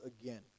again